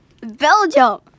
Belgium